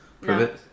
Privet